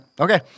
Okay